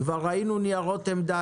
כבר ראינו ניירות עמדה,